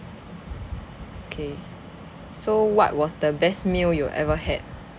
okay so what was the best meal you ever had